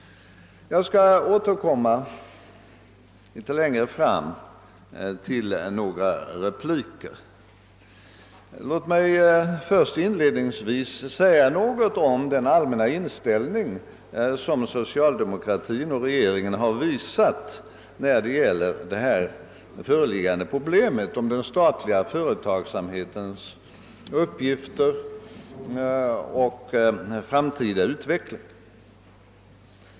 Jag skall litet längre fram återkomma med några repliker. Låt mig först inledningsvis säga något om den allmänna inställning som socialdemokratin och regeringen visat när det gäller det föreliggande problemet, d. v. s. den statliga företagsamhetens uppgifter och framtida utveckling.